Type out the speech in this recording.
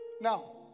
Now